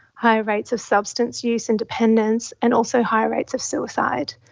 higher rates of substance use and dependence and also higher rates of suicide.